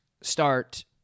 start